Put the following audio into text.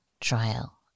trial